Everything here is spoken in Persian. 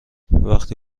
وقتی